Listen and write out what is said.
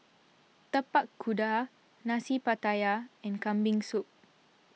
Tapak Kuda Nasi Pattaya and Kambing Soup